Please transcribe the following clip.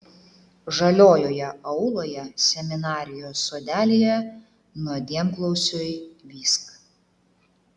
žaliojoje auloje seminarijos sodelyje nuodėmklausiui vysk